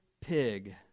pig